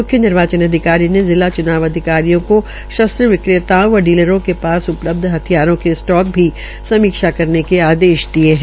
म्ख्य निर्वाचित अधिकारी ने जिला च्नाव अधिकारियो को शस्त्र विक्रेताओं व डीलरों के पास उपलब्ध हिथयारों के स्टॉक की समीक्षा करने के निर्देश भी दिये है